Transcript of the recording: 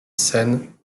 scène